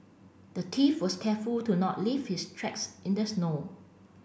the thief was careful to not leave his tracks in the snow